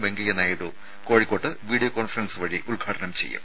വെങ്കയ്യ നായിഡു കോഴിക്കോട്ട് video conference വഴി ഉദ്ഘാടനം ചെയ്യും